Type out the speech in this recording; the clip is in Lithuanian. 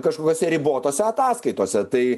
kažkokiose ribotose ataskaitose tai